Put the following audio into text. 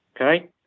okay